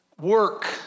work